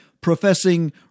professing